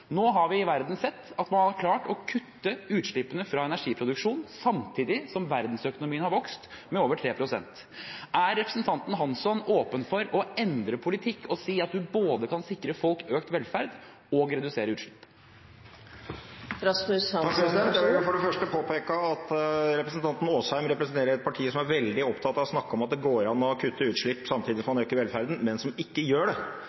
nå har vi i verden sett at man har klart å kutte utslippene fra energiproduksjon samtidig som verdensøkonomien har vokst med over 3 pst. : Er representanten Hansson åpen for å endre politikk og si at man kan både sikre folk økt velferd og redusere utslippene? Jeg vil for det første påpeke at representanten Asheim representerer et parti som er veldig opptatt av å snakke om at det går an å kutte utslipp samtidig som man øker velferden, men som ikke gjør det.